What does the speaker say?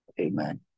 Amen